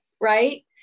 Right